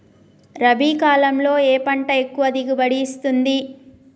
రబీ కాలంలో ఏ పంట ఎక్కువ దిగుబడి ఇస్తుంది?